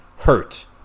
Hurt